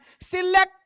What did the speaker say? select